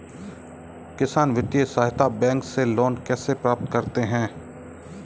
किसान वित्तीय सहायता बैंक से लोंन कैसे प्राप्त करते हैं?